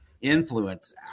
influence